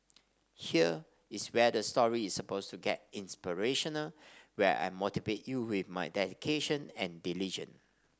here is where the story is suppose to get inspirational where I motivate you with my dedication and diligence